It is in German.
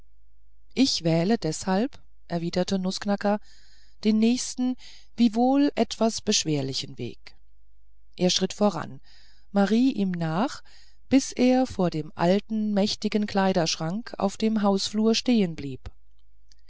ich wähle deshalb erwiderte nußknacker den nächsten wiewohl etwas beschwerlichen weg er schritt voran marie ihm nach bis er vor dem alten mächtigen kleiderschrank auf dem hausflur stehen